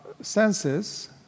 senses